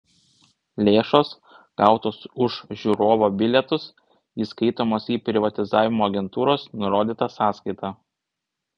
lėšos gautos už žiūrovo bilietus įskaitomos į privatizavimo agentūros nurodytą sąskaitą